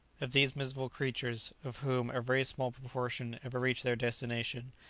of these miserable creatures, of whom a very small proportion ever reach their destination,